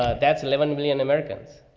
ah that's eleven million americans.